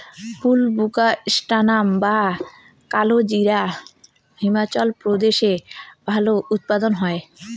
বুলবোকাস্ট্যানাম বা কালোজিরা হিমাচল প্রদেশে ভালো উৎপাদন হয়